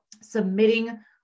submitting